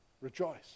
Rejoice